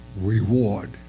reward